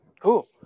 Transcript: cool